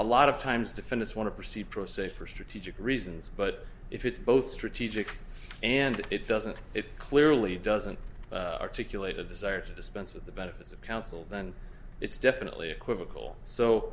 a lot of times defendants want to proceed pro se for strategic reasons but if it's both strategic and it doesn't it clearly doesn't articulate a desire to dispense with the benefits of counsel then it's definitely equivocal so